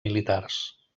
militars